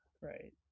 right